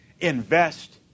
Invest